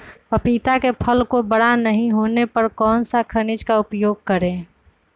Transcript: पपीता के फल को बड़ा नहीं होने पर कौन सा खनिज का उपयोग करें?